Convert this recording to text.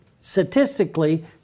statistically